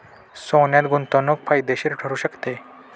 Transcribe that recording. सोन्यात गुंतवणूक फायदेशीर ठरू शकते